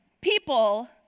people